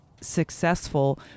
successful